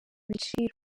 ibiciro